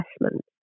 investment